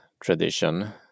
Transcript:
tradition